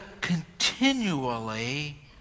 continually